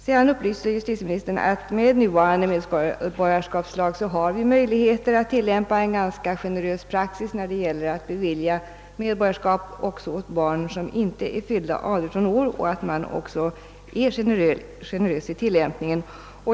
Sedan upplyste justitieministern om att vi med nuvarande medborgarskapslag har möjligheter att tillämpa en ganska generös praxis när det gäller att bevilja medborgarskap också åt barn, som inte är fyllda 18 år, samt att man även är generös i tillämpningen.